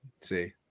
see